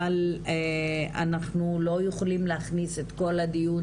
אבל אנחנו לא יכולים להכניס את כל הדיון